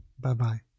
Bye-bye